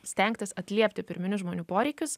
stengtis atliepti pirminius žmonių poreikius